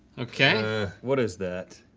okay. ah, what is that?